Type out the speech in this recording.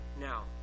now